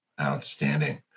Outstanding